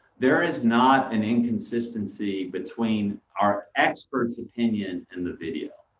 there is not an inconsistency between our expert opinion and the video.